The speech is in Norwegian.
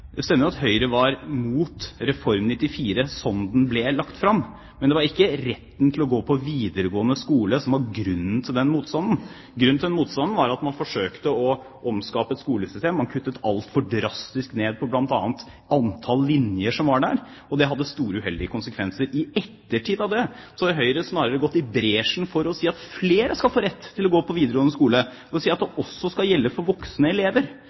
at Høyre var mot Reform 94 som den ble lagt fram, men det var ikke retten til å gå på videregående skole som var grunnen til den motstanden. Grunnen til den motstanden var at man forsøkte å omskape et skolesystem. Man kuttet altfor drastisk ned på bl.a. antall linjer, og det hadde store uheldige konsekvenser. I ettertid har Høyre snarere gått i bresjen for å si at flere skal få rett til å gå på videregående skole, ved å si at det også skal gjelde for voksne elever,